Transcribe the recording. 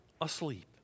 asleep